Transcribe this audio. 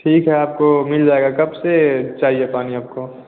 ठीक है आपको मिल जाएगा कब से चाहिए पानी आपको